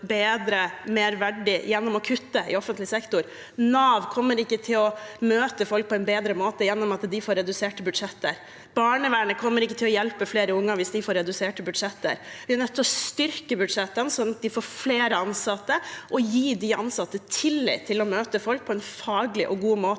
mer verdig gjennom å kutte i sektoren. Nav kommer ikke til å møte folk på en bedre måte gjennom at de får reduserte budsjetter. Barnevernet kommer ikke til å hjelpe flere unger hvis de får reduserte budsjetter. Vi er nødt til å styrke budsjettene slik at de får flere ansatte, og gi de ansatte tillit til å møte folk på en faglig og god måte.